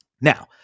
Now